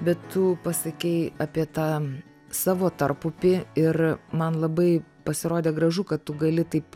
bet tu pasakei apie tą savo tarpupį ir man labai pasirodė gražu kad tu gali taip